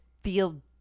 feel